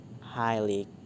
highly